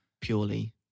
purely